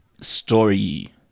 story